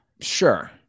Sure